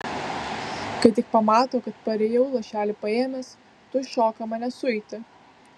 kai tik pamato kad parėjau lašelį paėmęs tuoj šoka manęs uiti